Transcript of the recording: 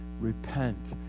repent